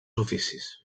oficis